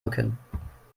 rücken